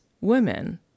women